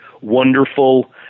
wonderful